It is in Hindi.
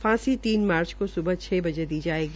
फांसी तीन मार्च को स्बह छ बजे दी जायेगी